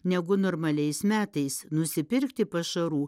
negu normaliais metais nusipirkti pašarų